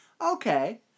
okay